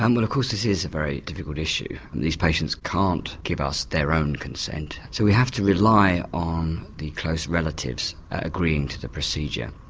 um but of course this is a very difficult issue, these patients can't give us their own consent so we have to rely on the close relatives agreeing to the procedure.